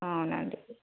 అవునండి